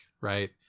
right